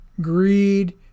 Greed